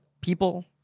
people